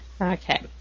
Okay